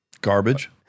Garbage